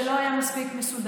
זה לא היה מספיק מסודר.